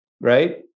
Right